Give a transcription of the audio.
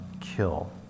kill